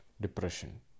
depression